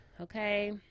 Okay